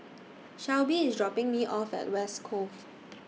Shelbi IS dropping Me off At West Grove